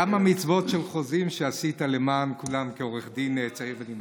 כמה מצוות של חוזים עשית למען כולם כעורך דין צעיר ונמרץ.